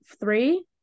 Three